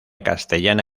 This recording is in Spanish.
castellana